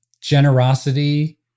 generosity